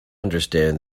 understand